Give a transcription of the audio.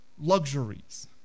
luxuries